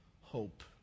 hope